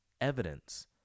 evidence